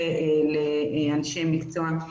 הכשרות לאנשי מקצוע.